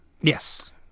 Yes